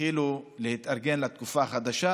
והתחילו להתארגן לתקופה חדשה.